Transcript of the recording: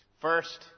First